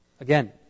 Again